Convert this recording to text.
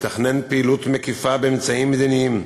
לתכנן פעילות מקיפה באמצעים מדיניים,